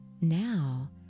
Now